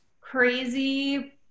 crazy